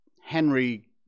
Henry